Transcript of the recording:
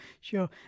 sure